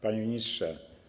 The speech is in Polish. Panie Ministrze!